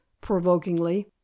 provokingly